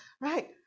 right